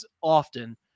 often